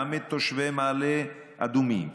גם את תושבי מעלה אדומים,